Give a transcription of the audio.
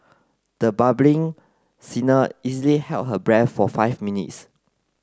the bubbling singer easily held her breath for five minutes